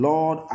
Lord